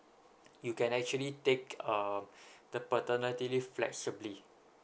you can actually take um the paternity leave flexibly